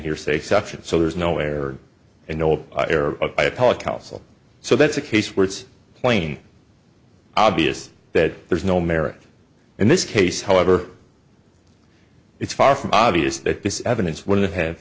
hearsay exception so there's no where an old air so that's a case where it's plain obvious that there's no merit in this case however it's far from obvious that this evidence wouldn't have